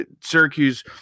Syracuse